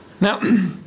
Now